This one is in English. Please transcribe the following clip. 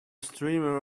streamer